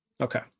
Okay